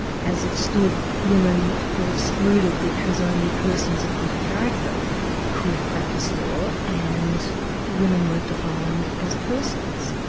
as it stood, women were excluded because only persons of good character could practice law, and women weren't defined as persons,